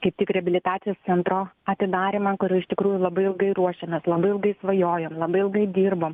kaip tik reabilitacijos centro atidarymą kur iš tikrųjų labai ilgai ruošėmės labai ilgai svajojom labai ilgai dirbom